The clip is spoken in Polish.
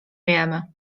wiemy